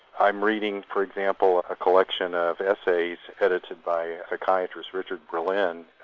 i'm reading, for example, a collection of essays edited by a psychiatrist, richard berlin,